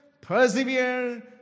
persevere